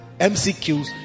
MCQs